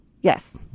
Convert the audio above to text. Yes